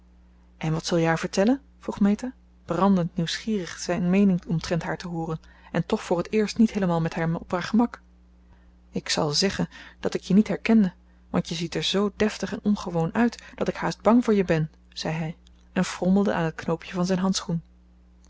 en wat zul je haar vertellen vroeg meta brandend nieuwsgierig zijn meening omtrent haar te hooren en toch voor het eerst niet heelemaal met hem op haar gemak ik zal zeggen dat ik je niet herkende want je ziet er zoo deftig en ongewoon uit dat ik haast bang voor je ben zei hij en frommelde aan het knoopje van zijn handschoen